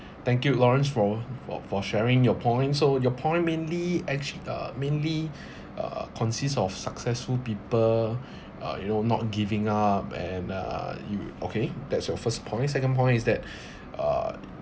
thank you lawrence for for for sharing your point so your point mainly actu~ uh mainly uh consists of successful people uh you know not giving up and uh you okay that's your first point second point is that uh